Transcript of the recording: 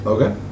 Okay